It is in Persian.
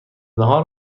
ناهار